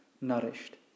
nourished